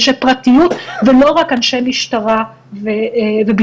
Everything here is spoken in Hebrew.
אנשי פרטיות ולא רק אנשי משטרה וביטחון.